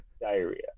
diarrhea